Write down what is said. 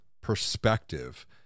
perspective